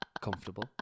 comfortable